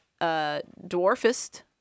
dwarfist